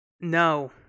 No